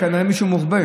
כנראה מישהו מוחבא.